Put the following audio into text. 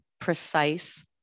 precise